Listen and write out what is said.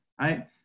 right